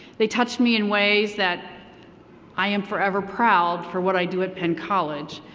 they touched me in ways that i am forever proud for what i do at penn college.